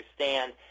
understand